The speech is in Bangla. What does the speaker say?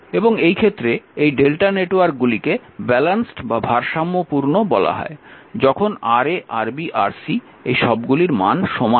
এবং এই ক্ষেত্রে এই Δ নেটওয়ার্কগুলিকে ভারসাম্যপূর্ণ বলা হয় যখন Ra Rb Rc এই সবগুলির মান সমান হয়